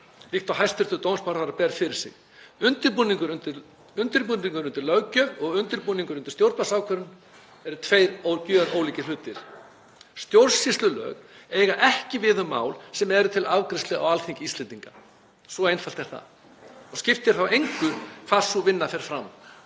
líkt og hæstv. dómsmálaráðherra ber fyrir sig. Undirbúningur undir löggjöf og undirbúningur undir stjórnvaldsákvörðun eru tveir gjörólíkir hlutir. Stjórnsýslulög eiga ekki við um mál sem eru til afgreiðslu á Alþingi Íslendinga. Svo einfalt er það. Skiptir þá engu hvar sú vinna fer fram,